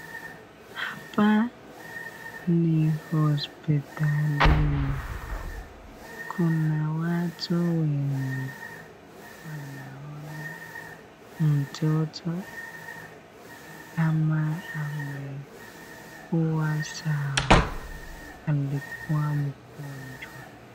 Hapa ni hospitalini, kuna watu wenye wanaona mtoto kama amekuwa sawa, alikua mgonjwa.